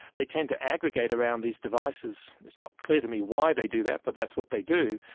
they tend to aggregate around these devices. it's not clear to me why they do that, but that's what they do,